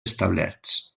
establerts